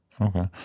okay